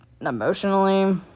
emotionally